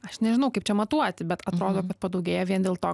aš nežinau kaip čia matuoti bet atrodo kad padaugėja vien dėl to